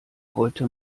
heute